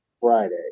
Friday